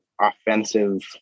offensive